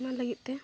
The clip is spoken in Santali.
ᱚᱱᱟ ᱞᱟᱹᱜᱤᱫ ᱛᱮ